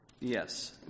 Yes